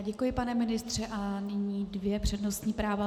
Děkuji, pane ministře, a dvě přednostní práva.